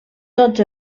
tots